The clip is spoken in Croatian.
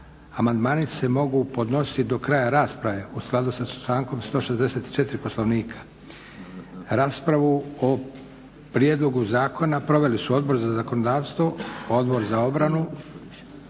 Amandmani se mogu podnositi do kraja rasprave u skladu sa člankom 164. Poslovnika. Raspravu o prijedlogu zakona proveli su Odbor za zakonodavstvo, Odbor za obranu.